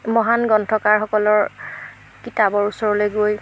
মহান গ্ৰন্থকাৰসকলৰ কিতাপৰ ওচৰলৈ গৈ